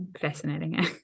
fascinating